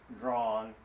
drawn